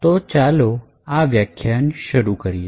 તો ચાલો આ વ્યાખ્યાન શરૂ કરીએ